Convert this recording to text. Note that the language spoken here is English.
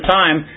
time